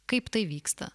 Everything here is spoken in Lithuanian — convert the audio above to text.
kaip tai vyksta